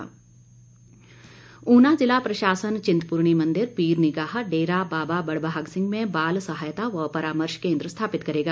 परामर्श केंद्र ऊना जिला प्रशासन चिंतपूर्णी मंदिर पीर निगाह डेरा बाबा बड़भाग सिंह में बाल सहायता व परामर्श केंद्र स्थापित करेगा